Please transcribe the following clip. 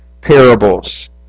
parables